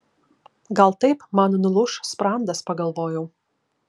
gal taip man nulūš sprandas pagalvojau